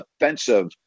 offensive